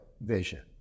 vision